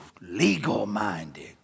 legal-minded